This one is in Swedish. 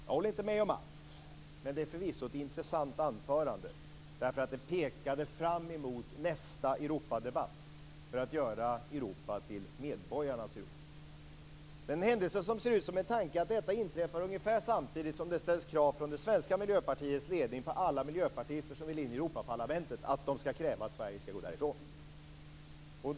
Jag håller inte med om allt, men det är förvisso ett intressant anförande därför att det pekade fram mot nästa Europadebatt för att göra Europa till medborgarnas Europa. En händelse som ser ut som en tanke är att detta inträffar ungefär samtidigt som det ställs krav från det svenska Miljöpartiets ledning på att alla miljöpartister som vill in i Europaparlamentet skall kräva att Sverige skall gå därifrån.